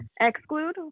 exclude